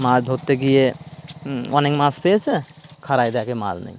মাছ ধরতে গিয়ে অনেক মাছ পেয়েছে খাড়ায় দেখে নেই